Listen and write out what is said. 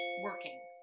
working